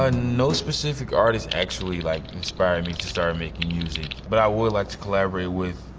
ah no specific artist actually, like, inspired me to start making music. but i would like to collaborate with,